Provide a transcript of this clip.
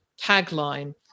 tagline